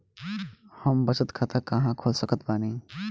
हम बचत खाता कहां खोल सकत बानी?